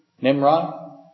Nimrod